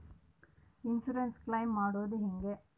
Insurance claim ಮಾಡೋದು ಹೆಂಗ?